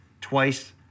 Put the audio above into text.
twice